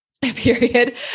period